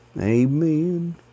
Amen